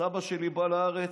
סבא שלי בא לארץ,